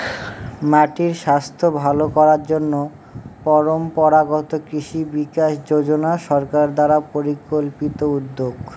মাটির স্বাস্থ্য ভালো করার জন্য পরম্পরাগত কৃষি বিকাশ যোজনা সরকার দ্বারা পরিকল্পিত উদ্যোগ